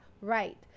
right